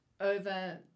over